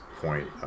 point